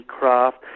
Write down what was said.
craft